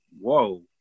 Whoa